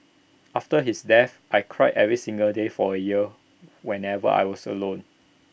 after his death I cried every single day for A year whenever I was alone